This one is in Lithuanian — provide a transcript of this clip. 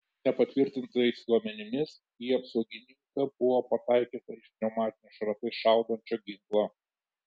nepatvirtintais duomenimis į apsaugininką buvo pataikyta iš pneumatinio šratais šaudančio ginklo